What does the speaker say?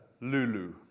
Lulu